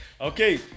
Okay